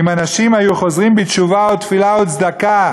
אם אנשים היו חוזרים בתשובה ותפילה וצדקה,